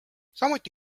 samuti